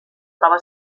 troba